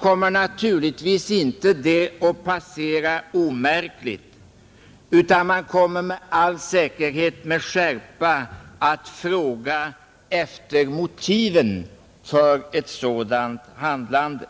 kommer det naturligtvis inte att passera omärkligt, utan man kommer med all säkerhet med skärpa att fråga efter motiven för ett sådant handlande.